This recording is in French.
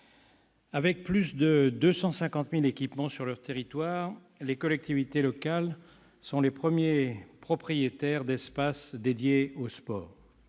avec plus de 250 000 équipements sur leurs territoires, les collectivités locales sont les premiers propriétaires d'espaces dédiés au sport.